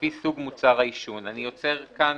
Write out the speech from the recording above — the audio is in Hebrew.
לפי סוג מוצר העישון." אני עוצר כאן,